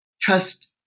trust